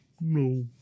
No